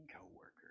coworker